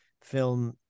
film